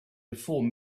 before